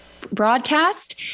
broadcast